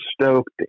stoked